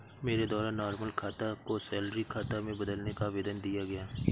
मेरे द्वारा नॉर्मल खाता को सैलरी खाता में बदलने का आवेदन दिया गया